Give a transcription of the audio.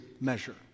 measure